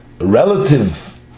relative